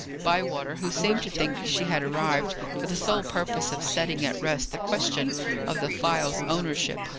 bywater, who seemed to think she had arrived for the sole purpose of setting at rest the question of the phial's ownership,